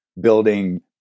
building